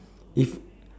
if